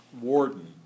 warden